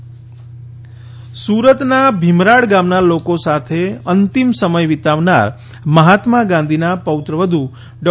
સુરત લક્ષ્મી સુરતના ભીમરાડ ગામના લોકો સાથે અંતિમ સમય વિતાવનાર મહાત્મા ગાંધીના પૌત્રવધુ ડો